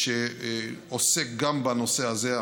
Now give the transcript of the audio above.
שעוסק גם בנושא הזה,